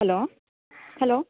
hello hello